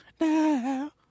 now